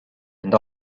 and